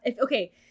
Okay